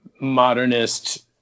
modernist